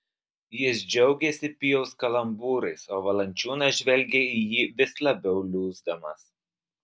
jis džiaugėsi pijaus kalambūrais o valančiūnas žvelgė į jį vis labiau liūsdamas